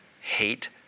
hate